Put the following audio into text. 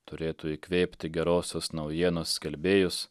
turėtų įkvėpti gerosios naujienos skelbėjus